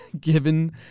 given